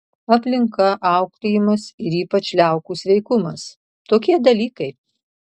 aplinka auklėjimas ir ypač liaukų sveikumas tokie dalykai